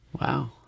Wow